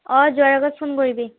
অ' যোৱাৰ আগত ফোন কৰিবি